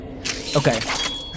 Okay